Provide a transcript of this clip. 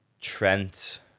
Trent